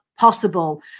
possible